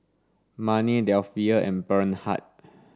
Marnie Delphia and Bernhard